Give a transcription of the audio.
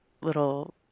little